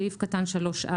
סעיף קטן (3)(א),